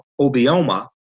Obioma